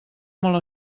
molt